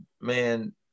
man